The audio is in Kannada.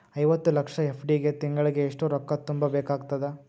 ಐವತ್ತು ಲಕ್ಷ ಎಫ್.ಡಿ ಗೆ ತಿಂಗಳಿಗೆ ಎಷ್ಟು ರೊಕ್ಕ ತುಂಬಾ ಬೇಕಾಗತದ?